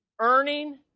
earning